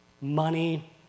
Money